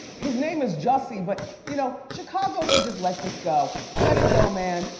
his name is jussie, but you know, chicago should just let this go. let it go, man.